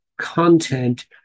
content